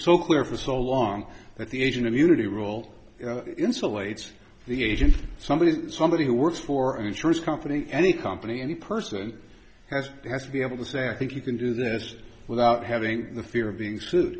so clear for so long that the asian community rule insulates the agency somebody somebody who works for an insurance company any company any person has to be able to say i think you can do this without having the fear of